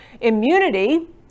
immunity